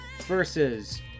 versus